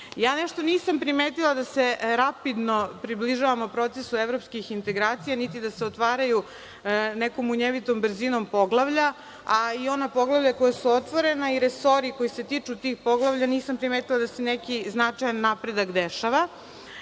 Nešto nisam primetila da se rapidno približavamo procesu evropskih integracija, niti da se otvaraju nekom munjevitom brzinom poglavlja, a i ona poglavlja koja su otvorena i resori koji se tiču tih poglavlja, nisam primetila da se neki značajan napredak dešava.